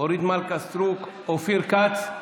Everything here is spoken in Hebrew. אורית מלכה סטרוק, אופיר כץ,